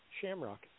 Shamrock